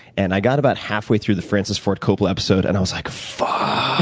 and i got about halfway through the frances ford coppola episode and i was like, fuck, ah